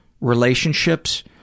relationships